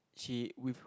she with